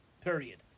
Period